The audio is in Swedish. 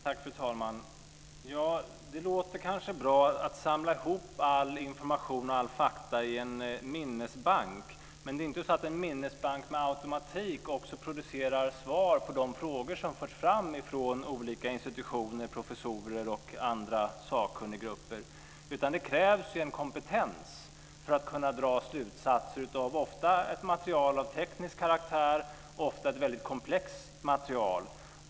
Fru talman! Det låter kanske bra att samla ihop all information och alla fakta i en minnesbank, men det är inte så att en minnesbank med automatik också producerar svar på de frågor som förts fram från olika institutioner, professorer och andra sakkunniggrupper. Det krävs en kompetens för att kunna dra slutsatser av ett material som ofta är av teknisk karaktär. Ofta är det ett väldigt komplext material.